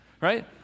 right